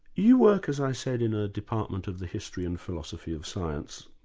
you work, as i said, in a department of the history and philosophy of science.